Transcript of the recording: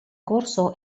corso